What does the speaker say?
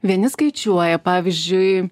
vieni skaičiuoja pavyzdžiui